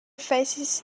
faces